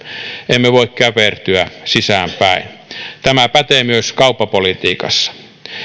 emme voi käpertyä sisäänpäin tämä pätee myös kauppapolitiikassa